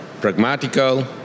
pragmatical